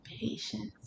patience